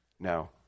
No